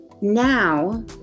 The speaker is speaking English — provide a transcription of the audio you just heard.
now